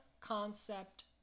concept